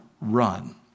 Run